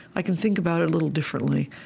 i can think about it a little differently.